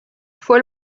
fue